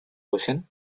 ocean